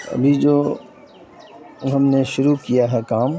ابھی جو ہم نے شروع کیا ہے کام